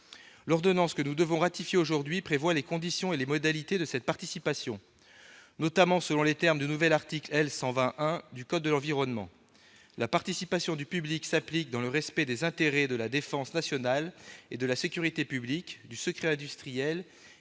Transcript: L'ordonnance que nous devons ratifier aujourd'hui prévoit les conditions et les modalités de cette participation. Notamment, selon les termes du nouvel article L. 120-1 du code de l'environnement, la participation du public s'applique « dans le respect des intérêts de la défense nationale et de la sécurité publique, du secret industriel et commercial et